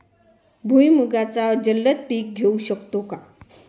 भुईमुगाचे जलद पीक घेऊ शकतो का?